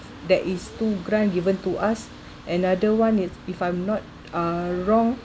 that is two grand given to us another [one] it's if I'm not uh wrong